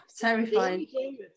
terrifying